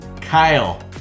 Kyle